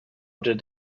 did